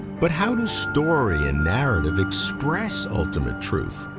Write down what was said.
but how do story and narrative express ultimate truth,